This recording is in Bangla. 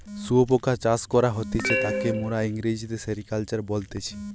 শুয়োপোকা চাষ করা হতিছে তাকে মোরা ইংরেজিতে সেরিকালচার বলতেছি